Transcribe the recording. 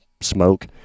smoke